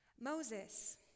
Moses